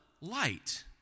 Light